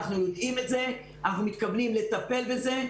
אנחנו יודעים את זה, אנחנו מתכוונים לטפל בזה.